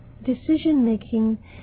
decision-making